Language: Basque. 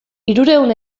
hirurehun